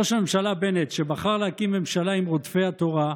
ראש הממשלה בנט, שבחר להקים ממשלה עם רודפי התורה,